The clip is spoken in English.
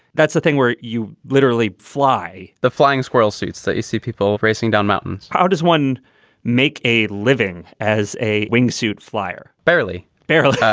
that's the thing where you literally fly the flying squirrel suits that you see people racing down mountains how does one make a living as a wingsuit flyer? barely. barely yeah